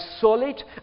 solid